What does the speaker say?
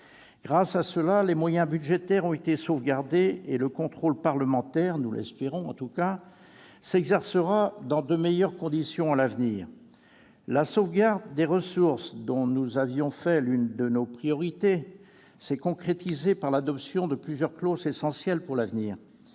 Grâce à cela, les moyens budgétaires ont été sauvegardés et le contrôle parlementaire- nous l'espérons, en tout cas -s'exercera à l'avenir dans de meilleures conditions. La sauvegarde des ressources, dont nous avions fait l'une de nos priorités, s'est concrétisée par l'adoption de plusieurs clauses essentielles pour l'avenir.